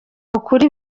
ukuri